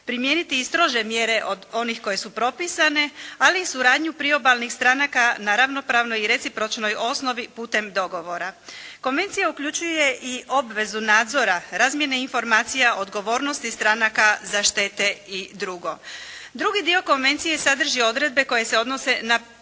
primijeniti i strože mjere od onih koje su propisane ali i suradnju priobalnih stranaka na ravnopravnoj i recipročnoj osnovi putem dogovora. Konvencija uključuje i obvezu nadzora, razmjene informacija, odgovornosti stranaka za štete i drugo. Drugi dio konvencije sadrži odredbe koje se odnose na